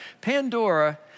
Pandora